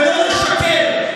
ולא לשקר,